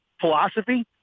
philosophy